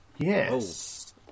Yes